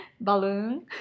balloon